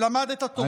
למדת תורה.